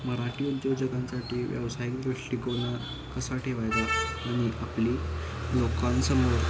मराठी उद्योजकांसाठी व्यवसायिक दृष्टिकोन कसा ठेवायचा आणि आपली लोकांसमोर